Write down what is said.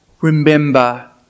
remember